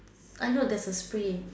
I know there's a spray